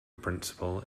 principal